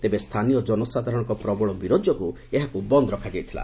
ତେବେ ସ୍ଛାନୀୟ ଜନସାଧାରଣଙ୍ଙ ପ୍ରବଳ ବିରୋଧ ଯୋଗୁଁ ଏହାକୁ ବନ୍ଦ ରଖାଯାଇଥିଲା